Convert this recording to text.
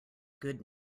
good